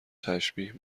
تشبیه